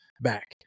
back